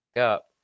up